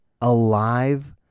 alive